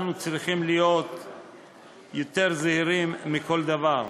אנחנו צריכים להיות יותר זהירים מכל דבר.